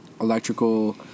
electrical